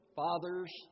fathers